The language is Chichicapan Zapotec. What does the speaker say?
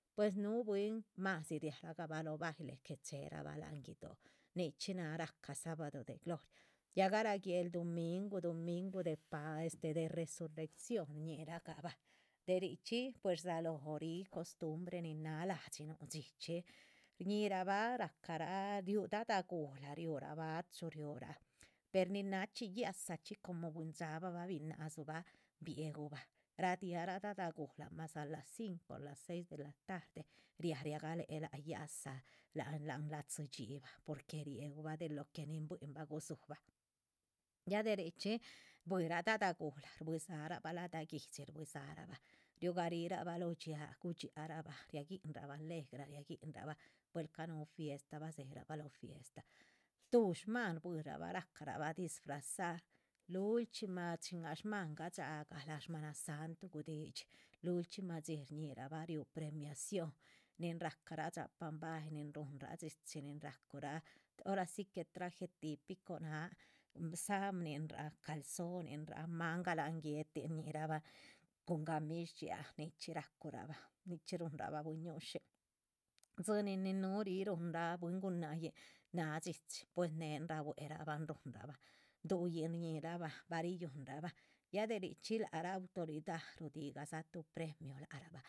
Pues núhu bwín madzi ria ragabah lóh baile que cheherabah láhan guido´, nichxí náha rahca sabado de gloria, ya garah guéhla duminguh duminhguh de pas, de resurección. shñihiragabah, de richxí pues rdzalóho ríh costumbre nin náha lahdxinuh dxíchxi, shñíhirabah rah carah ripu dadahguhla riuhrah bachu, riurah, per nin nachxí yádza chxí. como buin dxáabah bah binádzu bah bihéhu bah rdia rah dadaguhla a las cinco a las seis de la tarde, riáh ria galéhe láac yádza, láhan láhan ladzi dxíbah porque. riéhu bah de lo que nin buihinbah gudzubah, ya de richxí shbuihi rah dadaguhla, shbuidzara bah lahda guihdxi shbuidzarahbah riuh rarih rabah lóho dxiáa gudxiáharabah. ria guihinrabah legra, ria guihinrabah, ca´ núhu fiesta ria ra bah lóho fiesta, tuh shmáhan shbuirabah rahcarabah disfrazar lulchxima chin ah shmáhan gadxa gah ah shmana santuh. gudidxí lulchxima dxi shñihirabah riú premiación, nin rahca rah dxapam bahyíh, nin rúhunra dxíchxi, nin racuhura ora si que traje típico, sabnin ráh, calzonin rah mangah lahan guetin. raa, shñihirabah cuhun gamish dxíaa nichxí racuhurabah nichxí ruhunrabah buiñu´shin dzinin nin núhu ríh rúhunra bwín gunác yin náha dxíchi néhen rabuerabahn ruhunraban. duhuyin shñíhirabah, bah riyunrabahn ya de richxí lac rah autoridad rudigadza tuh premio lac ra bah